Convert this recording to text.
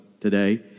today